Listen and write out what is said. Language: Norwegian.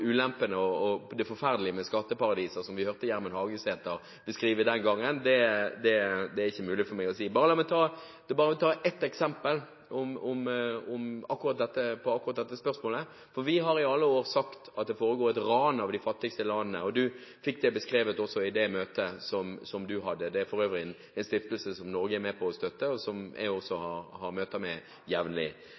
ulempene og det forferdelige med skatteparadiser som Gjermund Hagesæter beskrev den gangen, er det ikke mulig for meg å si noe om. La meg bare ta ett eksempel når det gjelder akkurat dette spørsmålet. Vi har i alle år sagt at det foregår et ran av de fattigste landene, og det fikk representanten Woldseth også beskrevet i det møtet som hun hadde – for øvrig med en stiftelse som Norge er med på å støtte, og som også jeg også har møter med jevnlig.